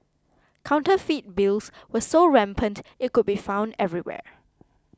counterfeit bills were so rampant it could be found everywhere